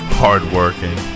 hardworking